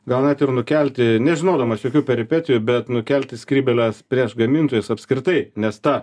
gal net ir nukelti nežinodamas jokių peripetijų bet nukelti skrybėles prieš gamintojus apskritai nes ta